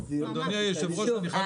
כל מי שיכול ורוצה לעשות,